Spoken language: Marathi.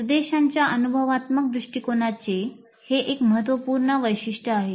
निर्देशांच्या अनुभवात्मक दृष्टिकोनाचे हे एक महत्त्वपूर्ण वैशिष्ट्य आहे